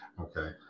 okay